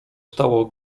stało